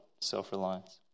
self-reliance